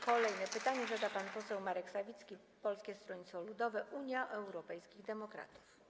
Kolejne pytanie zada pan poseł Marek Sawicki, Polskie Stronnictwo Ludowe - Unia Europejskich Demokratów.